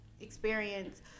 experience